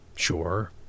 sure